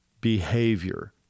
behavior